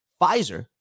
Pfizer